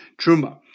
truma